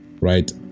right